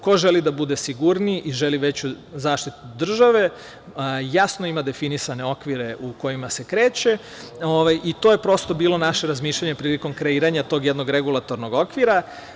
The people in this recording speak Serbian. Ko želi da bude sigurniji i želi veću zaštitu države, jasno ima definisane okvire u kojima se kreće i to je, prosto, bilo naše razmišljanje prilikom kreiranja tog jednog regulatornog okvira.